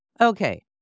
Okay